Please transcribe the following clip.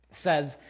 says